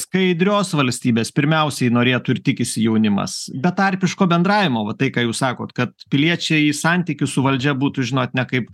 skaidrios valstybės pirmiausiai norėtų ir tikisi jaunimas betarpiško bendravimo va tai ką jūs sakot kad piliečiai į santykius su valdžia būtų žinot ne kaip